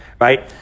right